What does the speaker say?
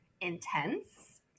intense